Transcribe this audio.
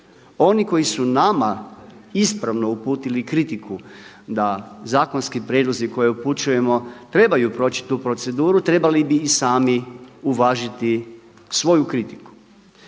Oni koji su nama ispravno uputili kritiku da zakonski prijedlozi koje upućujemo trebaju proći tu proceduru, trebali bi i sami uvažiti svoju kritiku.